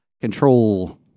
control